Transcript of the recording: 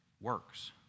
works